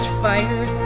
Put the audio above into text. fire